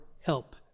help